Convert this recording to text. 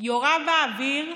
יורה באוויר: